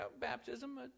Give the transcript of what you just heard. baptism